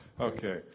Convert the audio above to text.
Okay